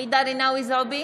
ג'ידא רינאוי זועבי,